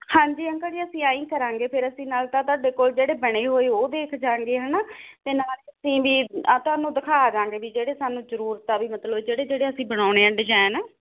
ਹਾਂਜੀ ਅੰਕਲ ਜੀ ਅਸੀਂ ਐਂ ਹੀ ਕਰਾਂਗੇ ਫਿਰ ਅਸੀਂ ਨਾਲ ਤਾਂ ਤੁਹਾਡੇ ਕੋਲ ਜਿਹੜੇ ਬਣੇ ਹੋਏ ਉਹ ਦੇਖ ਜਾਵਾਂਗੇ ਹੈਨਾ ਅਤੇ ਨਾਲ ਤੁਸੀਂ ਵੀ ਆ ਤੁਹਾਨੂੰ ਦਿਖਾ ਦਵਾਂਗੇ ਵੀ ਜਿਹੜੇ ਸਾਨੂੰ ਜ਼ਰੂਰਤ ਆ ਵੀ ਮਤਲਵ ਜਿਹੜੇ ਜਿਹੜੇ ਅਸੀਂ ਬਣਾਉਣੇ ਆ ਡਿਜਾਇਨ